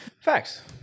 Facts